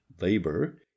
labor